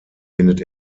findet